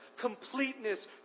completeness